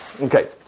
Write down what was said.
Okay